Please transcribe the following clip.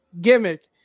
Gimmick